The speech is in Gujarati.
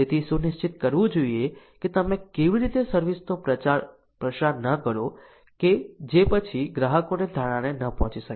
તેથી સુનિશ્ચિત કરવું જોઈએ કે તમે એવી રીતે સર્વિસ નો પ્રચાર પ્રસાર ન કરો કે જે પછી ગ્રાહકો ની ધારણા ને ન પહોંચી શકે